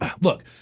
look